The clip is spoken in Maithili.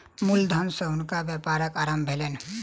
मूल धन सॅ हुनकर व्यापारक आरम्भ भेलैन